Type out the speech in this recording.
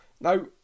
Now